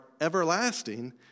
everlasting